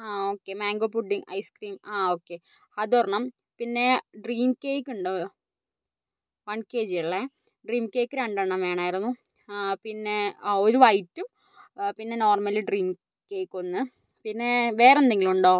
ആ okay mango pudding ice cream ആ okay അതൊരെണ്ണം പിന്നെ ഡ്രീം കേക്കുണ്ടോ വൺ കെ ജി അല്ലേ ഡ്രീം കേക്ക് രണ്ടെണ്ണം വേണമായിരുന്നു ആ പിന്നെ ആ ഒരു വൈറ്റും പിന്നെ നോർമ്മലി ഡ്രീം കേക്ക് ഒന്ന് പിന്നെ വേറെന്തെങ്കിലുമുണ്ടോ